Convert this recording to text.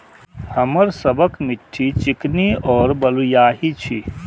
हमर सबक मिट्टी चिकनी और बलुयाही छी?